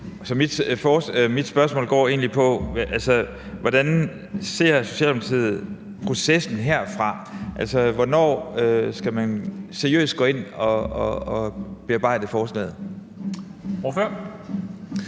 Mit spørgsmål går egentlig på, hvordan Socialdemokratiet ser processen herfra. Altså, hvornår skal man seriøst gå ind og bearbejde forslaget? Kl.